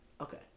Okay